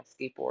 skateboard